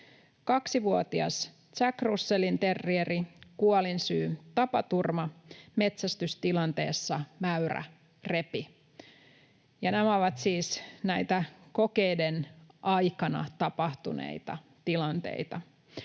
2-vuotias jackrussellinterrieri, kuolinsyy tapaturma, metsästystilanteessa mäyrä repi. Nämä ovat siis näitä kokeiden aikana tapahtuneita tilanteita.